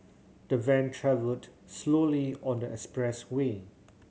the van travelled slowly on the expressway